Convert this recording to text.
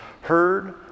heard